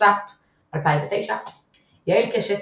תשס"ט 2009 יעל קשת,